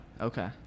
Okay